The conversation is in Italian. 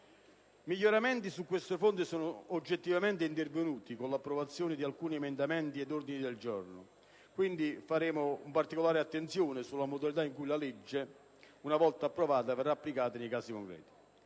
Miglioramenti su questo fronte sono oggettivamente intervenuti con l'approvazione di alcuni emendamenti ed ordini del giorno, pertanto faremo particolare attenzione alle modalità con cui la legge, una volta approvata, verrà applicata nei casi concreti.